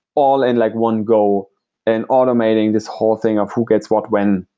all in like one go and automating this whole thing of who gets what, when,